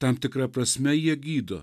tam tikra prasme jie gydo